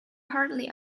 hardly